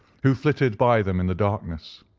who flitted by them in the darkness.